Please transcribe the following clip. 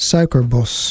Suikerbos